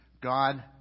God